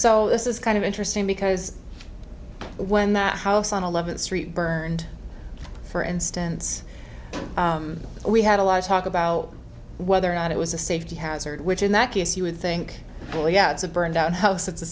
so this is kind of interesting because when that house on eleventh street burned for instance we had a lot of talk about whether or not it was a safety hazard which in that case you would think well yeah it's a burned out house it's a